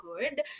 good